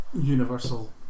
universal